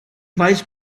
faes